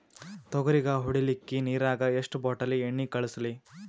ತೊಗರಿಗ ಹೊಡಿಲಿಕ್ಕಿ ನಿರಾಗ ಎಷ್ಟ ಬಾಟಲಿ ಎಣ್ಣಿ ಕಳಸಲಿ?